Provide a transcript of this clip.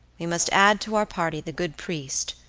we must add to our party the good priest,